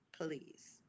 Please